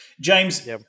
James